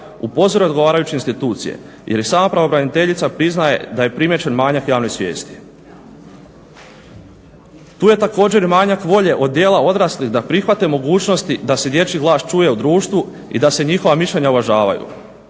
upozori odgovarajuće institucije jer i sama pravobraniteljica priznaje da je primijećen manjak javne svijesti. Tu je također i manjak volje od dijela odraslih da prihvate mogućnosti da se dječji glas čuje u društvu i da se njihova mišljenja uvažavaju.